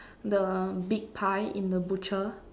the big pie in the butcher